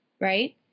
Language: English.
right